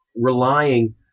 relying